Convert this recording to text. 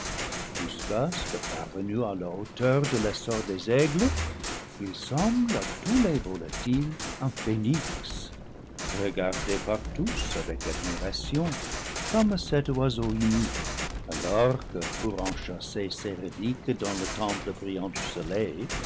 jusqu'à ce que parvenu à la hauteur de l'essor des aigles il semble à tous les volatiles un phénix regardé par tous avec admiration comme cet oiseau unique alors que pour enchasser ses reliques dans le temple brillant du soleil